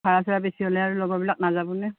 ভাড়া চাৰা বেছি হ'লে আৰু লগৰবিলাক নাযাব নহয়